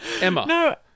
Emma